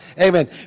Amen